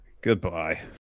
goodbye